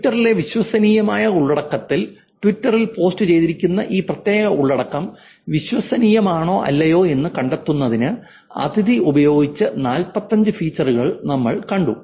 ട്വിറ്ററിലെ വിശ്വസനീയമായ ഉള്ളടക്കത്തിൽ ട്വിറ്ററിൽ പോസ്റ്റുചെയ്തിരിക്കുന്ന ഈ പ്രത്യേക ഉള്ളടക്കം വിശ്വസനീയമാണോ അല്ലയോ എന്ന് കണ്ടെത്തുന്നതിന് അദിതി ഉപയോഗിച്ച 45 ഫീച്ചറുകൾ നമ്മൾ കണ്ടു